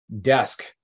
desk